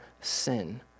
sin